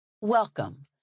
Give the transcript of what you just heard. Welcome